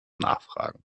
nachfragen